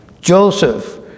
Joseph